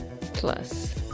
Plus